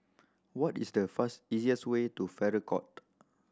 what is the easiest way to Farrer Court